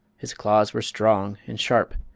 his claws were strong and sharp,